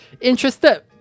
Interested